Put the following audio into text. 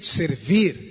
servir